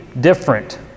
different